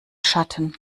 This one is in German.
schatten